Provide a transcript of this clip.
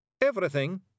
Everything